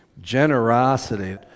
Generosity